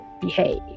behave